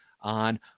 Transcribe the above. on